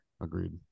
Agreed